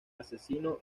asesino